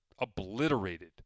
obliterated